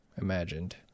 imagined